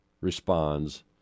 responds